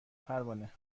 پروانه